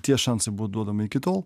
tie šansai buvo duodami iki tol